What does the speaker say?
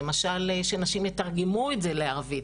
למשל שנשים יתרגמו את זה לערבית,